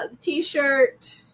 T-shirt